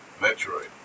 Metroid